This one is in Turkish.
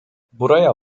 buraya